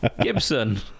Gibson